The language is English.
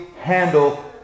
handle